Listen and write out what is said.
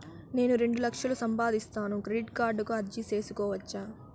నేను రెండు లక్షలు సంపాదిస్తాను, క్రెడిట్ కార్డుకు అర్జీ సేసుకోవచ్చా?